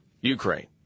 Ukraine